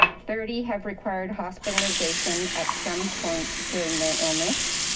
thirty have required hospitalization at some point during their illness,